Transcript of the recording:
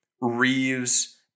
Reeves